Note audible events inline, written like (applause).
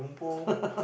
(laughs)